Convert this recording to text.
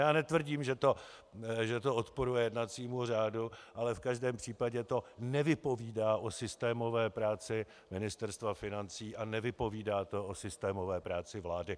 Já netvrdím, že to odporuje jednacímu řádu, ale v každém případě to nevypovídá o systémové práci Ministerstva financí a nevypovídá to o systémové práci vlády.